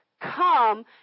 come